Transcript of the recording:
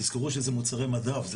תזכרו שזה מוצרי מדף,